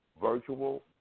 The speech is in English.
virtual